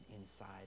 inside